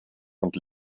und